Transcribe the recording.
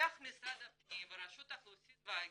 איך משרד הפנים ורשות האוכלוסין וההגירה,